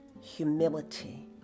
humility